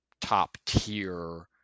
top-tier